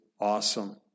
awesome